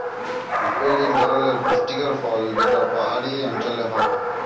apple ইক ধরলের পুষ্টিকর ফল যেট পাহাড়ি অল্চলে হ্যয়